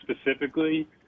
specifically